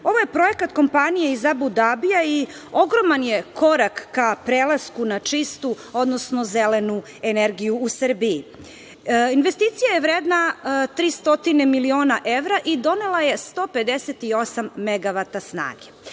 je projekat kompanije iz Abu Dabija i ogroman je korak ka prelasku na čistu, odnosno zelenu energiju u Srbiji. Investicija je vredna 300 miliona evra i donela je 158 megavata snage. Ovakvi